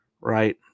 Right